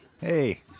Hey